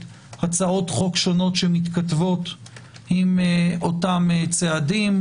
הצעות חוק שונות שמתכתבות עם אותם צעדים,